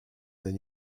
than